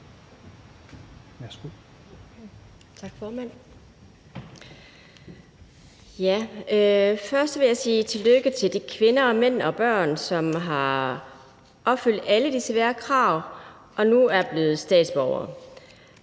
Først vil jeg sige tillykke til de kvinder og mænd og børn, som har opfyldt alle de svære krav og nu er blevet statsborgere.